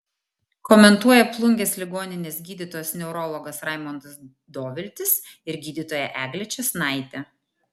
komentuoja plungės ligoninės gydytojas neurologas raimondas doviltis ir gydytoja eglė čėsnaitė